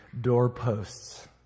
doorposts